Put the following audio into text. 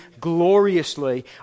gloriously